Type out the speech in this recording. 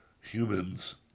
humans